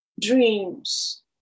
dreams